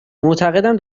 معتقدم